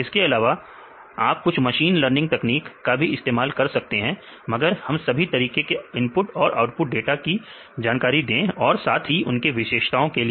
इसके अलावा आप कुछ मशीन लर्निंग टेक्निक का भी इस्तेमाल कर सकते हैं मगर हम सभी तरीके के इनपुट और आउटपुट डाटा की जानकारी दें और साथ ही उनके विशेषताओं के लिए